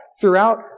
throughout